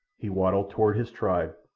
he waddled toward his tribe,